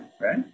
right